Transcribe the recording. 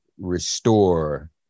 restore